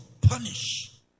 punish